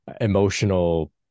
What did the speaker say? emotional